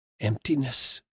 emptiness